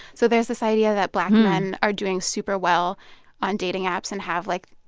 so there's this idea that black men are doing super well on dating apps and have, like,